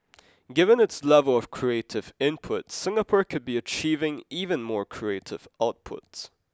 given its level of creative input Singapore could be achieving even more creative outputs